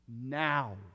Now